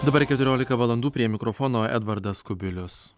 dabar keturiolika valandų prie mikrofono edvardas kubilius